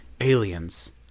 aliens